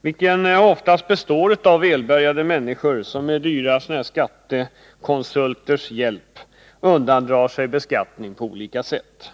vilken oftast består av välbärgade människor som med dyra skattekonsulters hjälp undandrar sig beskattning på olika sätt.